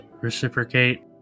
reciprocate